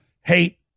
hate